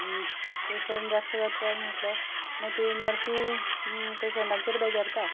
patient जास्त जाता म्हटल्यार मागीर ते नर्सी पेशंटाचेर बेजारता